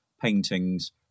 paintings